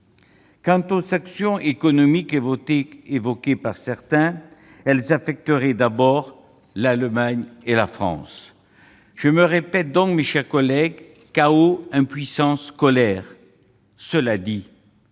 Quant aux sanctions économiques, évoquées par certains, elles affecteraient en premier lieu l'Allemagne et la France. Je me répète donc, mes chers collègues : chaos, impuissance, colère. Cela dit,